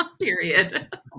Period